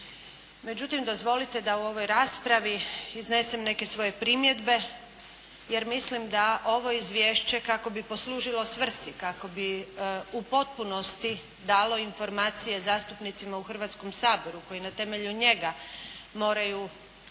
Međutim, dozvolite da u ovoj raspravi iznesem neke svoje primjedbe, jer mislim da ovo izvješće kako bi poslužilo svrsi, kako bi u potpunosti dalo informacije zastupnicima u Hrvatskom saboru koji na temelju njega moraju donositi